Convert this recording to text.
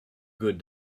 good